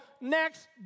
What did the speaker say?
Next